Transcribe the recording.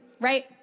right